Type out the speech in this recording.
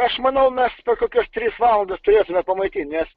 aš manau mes per kokias tris valandas turėsime pamaitint nes